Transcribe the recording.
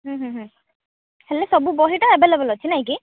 ହେଲେ ସବୁ ବହିଟା ଆଭେଲେବଲ୍ ଅଛି ନାଇଁ କି